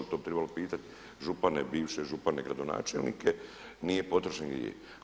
To bi trebalo pitati župane, bivše župane, gradonačelnike, nije potrošen gdje je.